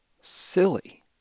silly